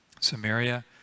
Samaria